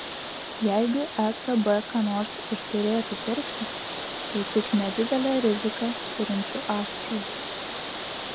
jeigu ecb ką nors ir turėtų pirkti tai tik nedidelę riziką turinčių akcijų